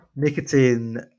Nicotine